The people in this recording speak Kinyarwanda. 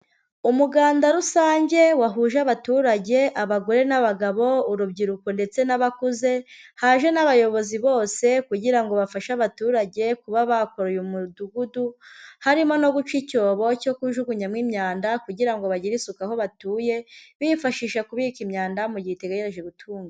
Umuganda rusange wahuje abaturage, abagore n'abagabo, urubyiruko ndetse n'abakuze, haje n'abayobozi bose kugira ngo bafashe abaturage kuba bakora uyu mudugudu, harimo no guca icyobo cyo kujugunyamo imyanda kugira ngo bagire isuku aho batuye bifashisha kubika imyanda mu gihe igtegereje gutunganywa.